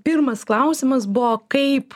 pirmas klausimas buvo kaip